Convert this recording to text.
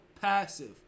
passive